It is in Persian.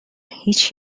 هیچ